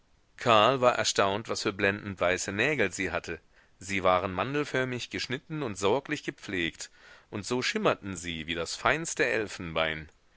karl war erstaunt was für blendendweiße nägel sie hatte sie waren mandelförmig geschnitten und sorglich gepflegt und so schimmerten sie wie das feinste elfenbein